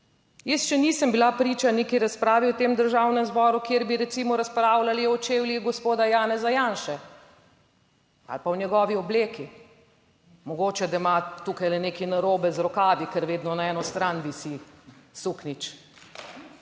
Jaz še nisem bila priča neki razpravi v tem Državnem zboru, kjer bi recimo razpravljali o čevljih gospoda Janeza Janše ali pa o njegovi obleki. Mogoče, da ima tukajle nekaj narobe z rokami, ker vedno na eno stran visi suknjič.